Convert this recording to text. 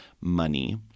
money